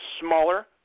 smaller